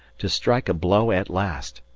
to strike a blow at last,